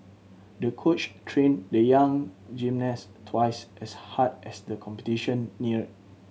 the coach trained the young gymnast twice as hard as the competition neared